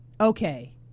Okay